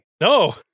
no